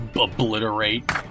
obliterate